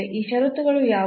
ಈ ಷರತ್ತುಗಳು ಯಾವುವು